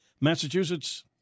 Massachusetts